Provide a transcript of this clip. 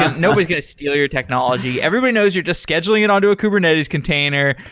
nobody's going to steal your technology. everybody knows you're just scheduling it onto a kubernetes container,